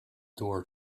door